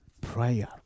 prayer